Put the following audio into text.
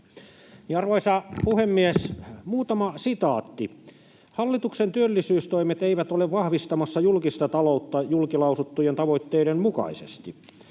Arvoisa puhemies! Muutama sitaatti: ”Hallituksen työllisyystoimet eivät ole vahvistamassa julkista taloutta julkilausuttujen tavoitteiden mukaisesti.”